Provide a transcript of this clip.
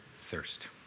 thirst